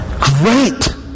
Great